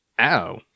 Ow